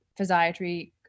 physiatry